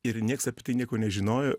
ir nieks apie tai nieko nežinojo